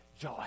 joy